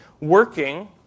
working